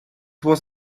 was